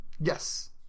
yes